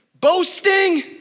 boasting